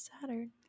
Saturn